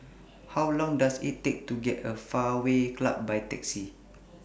How Long Does IT Take to get to Fairway Club By Taxi